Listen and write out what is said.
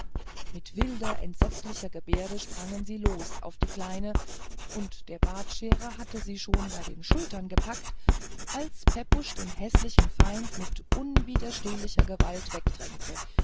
mit wilder entsetzlicher gebärde sprangen sie los auf die kleine und der bartscherer hatte sie schon bei der schulter gepackt als pepusch den häßlichen feind mit unwiderstehlicher gewalt wegdrängte